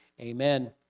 amen